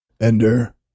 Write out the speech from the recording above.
Ender